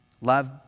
Love